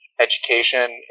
education